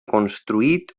construït